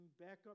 backup